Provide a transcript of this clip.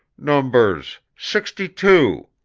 numbers sixty two,